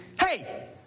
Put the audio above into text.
hey